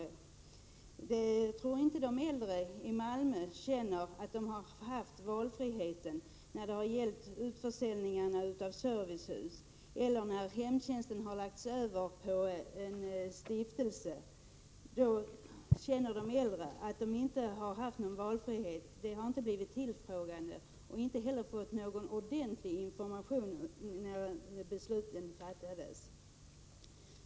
Jag tror inte att de äldre i Malmö har känt att de har haft valfrihet i samband med de gjorda utförsäljningarna av servicehus eller när hemtjänsten har lagts över på en stiftelse. De har inte blivit tillfrågade och inte heller fått ordentlig information i samband med att besluten har fattats.